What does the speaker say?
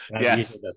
Yes